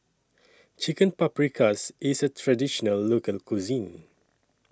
Chicken Paprikas IS A Traditional Local Cuisine